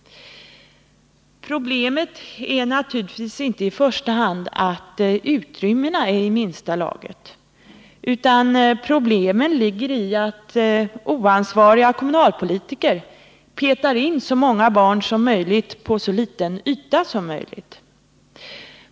Problemet är naturligtvis inte i första hand att utrymmena är i minsta laget, utan problemet ligger i att oansvariga kommunalpolitiker petar in så många barn som möjligt på så liten yta som möjligt.